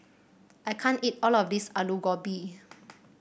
I can't eat all of this Aloo Gobi